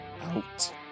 Out